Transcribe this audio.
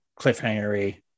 cliffhanger-y